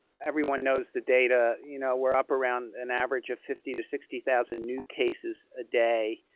everyone knows the data. you know, we're up around an average of fifty to sixty thousand new cases a day.